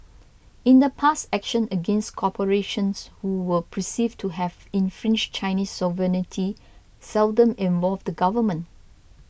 in the past action against corporations who were perceived to have infringed Chinese sovereignty seldom involved the government